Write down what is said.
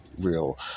real